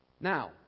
Now